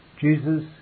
Jesus